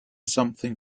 something